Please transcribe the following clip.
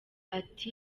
ati